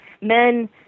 Men